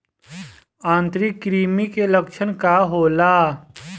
आंतरिक कृमि के लक्षण का होला?